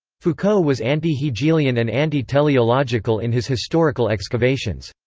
foucault was anti-hegelian and anti-teleological in his historical excavations.